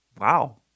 wow